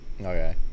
Okay